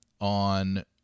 on